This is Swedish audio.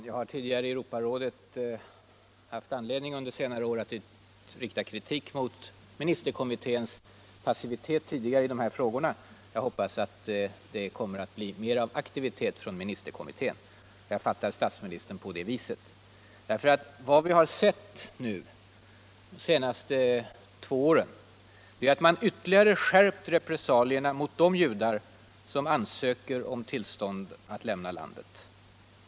Herr talman! Jag har i Europarådet under senare år haft anledning att rikta kritik mot ministerkommitténs passivitet i den här frågan. Jag hoppas att det kommer att bli mera av aktivitet från ministerkommittén, och att man skall fatta statsministerns uttalande på det viset. Vad vi har sett under de senaste två åren är att man ytterligare skärpt repressalierna mot de judar som ansöker om tillstånd att lämna landet.